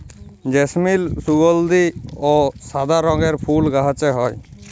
জেসমিল সুগলধি অ সাদা রঙের ফুল গাহাছে হয়